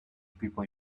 people